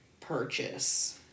purchase